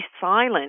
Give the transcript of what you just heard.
silent